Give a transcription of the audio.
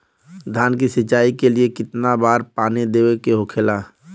धान की सिंचाई के लिए कितना बार पानी देवल के होखेला?